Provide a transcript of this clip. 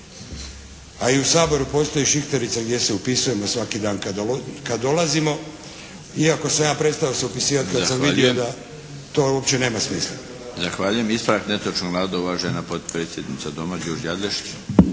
A i u Saboru postoji šihterica gdje se upisujemo svaki dan kad dolazimo, iako sam ja prestao se upisivati kad sam vidio da to uopće nema smisla. **Milinović, Darko (HDZ)** Zahvaljujem. Ispravak netočnog navoda, uvažena potpredsjednica Doma Đurđa Adlešić.